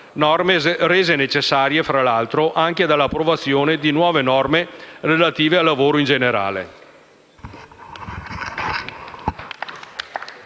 sono rese necessarie, fra l'altro, anche dall'approvazione di nuove disposizioni relative al lavoro in generale.